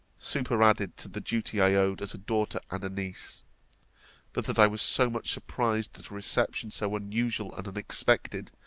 superadded to the duty i owed as a daughter and a niece but that i was so much surprised at a reception so unusual and unexpected,